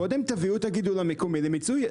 קודם תביאו את הגידול המקומי למיצוי,